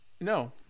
No